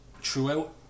throughout